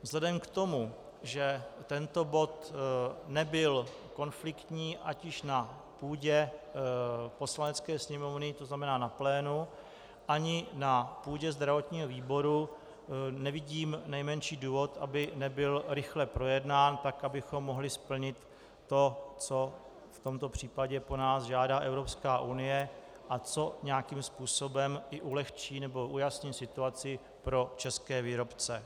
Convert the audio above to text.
Vzhledem k tomu, že tento bod nebyl konfliktní ať již na půdě Poslanecké sněmovny, to znamená na plénu, ani na půdě zdravotního výboru, nevidím nejmenší důvod, aby nebyl rychle projednán, abychom mohli splnit to, co v tomto případě po nás žádá Evropská unie a co nějakým způsobem i ujasní situaci pro české výrobce.